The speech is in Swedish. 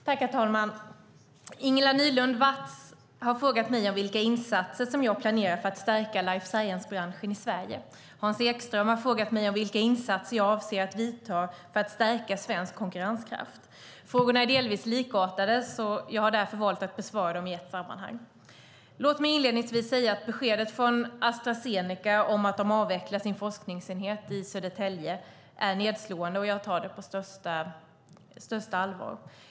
Herr talman! Ingela Nylund Watz har frågat mig om vilka insatser som jag planerar för att stärka life science-branschen i Sverige. Hans Ekström har frågat mig om vilka insatser jag avser att vidta för att stärka svensk konkurrenskraft. Frågorna är delvis likartade, och jag har därför valt att besvara dem i ett sammanhang. Låt mig inledningsvis säga att beskedet från Astra Zeneca om att de avvecklar sin forskningsenhet i Södertälje är nedslående. Jag tar det på största allvar.